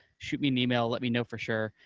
shoot me an email, let me know for sure,